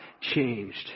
changed